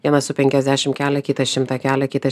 vienas su penkiasdešim kelia kitas šimtą kelia kitas